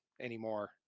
anymore